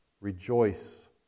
rejoice